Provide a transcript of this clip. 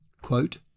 Quote